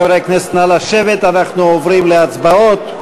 חברי הכנסת, נא לשבת, אנחנו עוברים להצבעות.